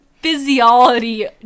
physiology